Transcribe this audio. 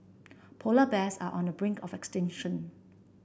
polar bears are on the brink of extinction